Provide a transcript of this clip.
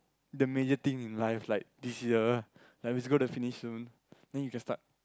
the major thing in life like this year like it's gona finish soon then you can start